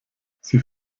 sie